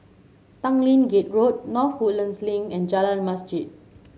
Tanglin Gate Road North Woodlands Link and Jalan Masjid